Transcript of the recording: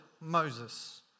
Moses